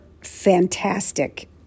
fantastic